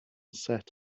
set